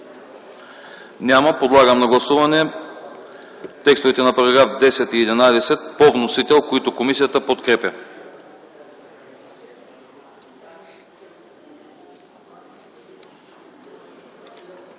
Няма. Подлагам на гласуване текстовете на § 10 и 11 по вносител, които комисията подкрепя.